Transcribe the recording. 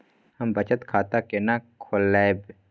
हम बचत खाता केना खोलैब?